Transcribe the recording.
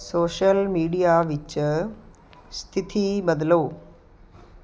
social media ਵਿੱਚ ਸਥਿਤੀ ਬਦਲੋ